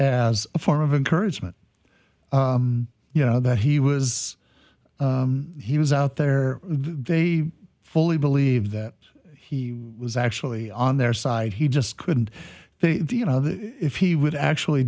as a form of encouragement you know that he was he was out there they fully believe that he was actually on their side he just couldn't they you know if he would actually